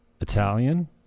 Italian